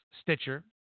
Stitcher